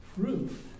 proof